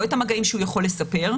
לא את המגעים שהוא יכול לספר,